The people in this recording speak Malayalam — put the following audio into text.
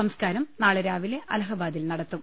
സംസ്കാരം നാളെ രാവിലെ അലഹബാദിൽ നടത്തും